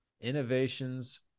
innovations